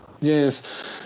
Yes